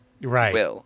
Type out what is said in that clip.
Right